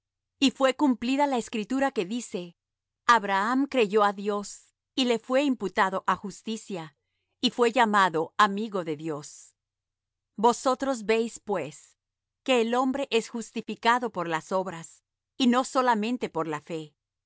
y fué cumplida la escritura que dice abraham creyó á dios y le fué imputado á justicia y fué llamado amigo de dios vosotros veis pues que el hombre es justificado por las obras y no solamente por la fe